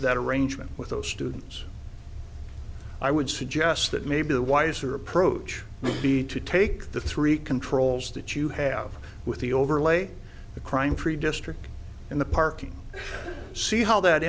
that arrangement with those students i would suggest that maybe the wiser approach would be to take the three controls that you have with the overlay the crime free district in the parking see how that